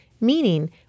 meaning